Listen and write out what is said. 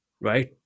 right